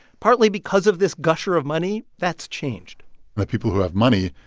partly because of this gusher of money, that's changed the people who have money,